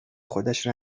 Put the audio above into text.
خودش